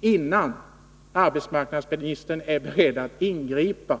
innan arbetsmarknadsministern är beredd att ingripa?